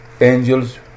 Angels